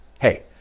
Hey